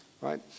right